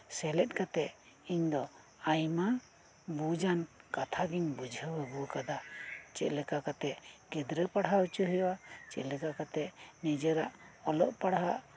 ᱥᱮᱞᱮᱫ ᱠᱟᱛᱮᱜ ᱤᱧᱫᱚ ᱟᱭᱢᱟ ᱵᱩᱡᱟᱱ ᱠᱟᱛᱷᱟᱜᱤᱧ ᱵᱩᱡᱷᱟᱹᱣ ᱟᱹᱜᱩ ᱟᱠᱟᱫᱟ ᱪᱮᱫᱞᱮᱠᱟ ᱠᱟᱛᱮᱜ ᱜᱤᱫᱽᱨᱟᱹ ᱯᱟᱲᱦᱟᱣ ᱩᱪᱩ ᱦᱩᱭᱩᱜ ᱟ ᱪᱮᱫᱞᱮᱠᱟ ᱠᱟᱛᱮᱜ ᱱᱤᱡᱮᱨᱟᱜ ᱚᱞᱚᱜ ᱯᱟᱲᱦᱟᱜ